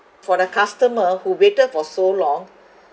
for the customer who waited for so long